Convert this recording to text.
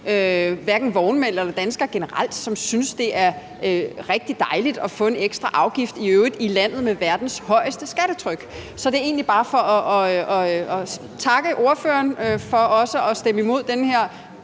hverken vognmænd eller danskere generelt, som synes, det er rigtig dejligt at få en ekstra afgift, i øvrigt i landet med verdens største skattetryk. Så jeg vil egentlig bare takke ordføreren for også at stemme imod det her